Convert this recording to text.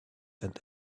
and